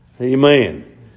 Amen